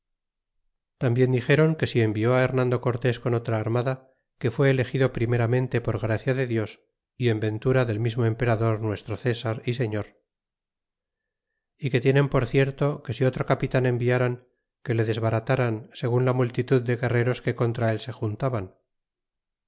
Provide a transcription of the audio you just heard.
tambien dixéron que si envió hernando cortés con otra armada que fué elegido primeramente por gracia de dius y en ventura del mismo emperador nuestro césar é señor é que tienen por cierto que si otro capitan enviaran que le desbarataran segun la multitud de guerreros que contra él se